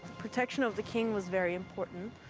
protection of the king was very important.